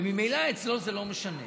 וממילא שם זה לא משנה.